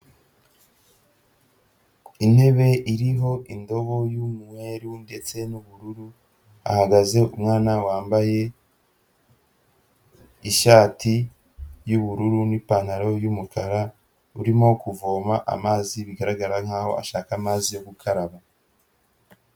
Intebe iriho indobo y'umweru ndetse n'ubururu, hahagaze umwana wambaye ishati y'ubururu n'ipantaro yumukara urimo kuvoma amazi bigaragara nkaho ashaka amazi yo gukaraba.